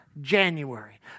January